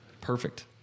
perfect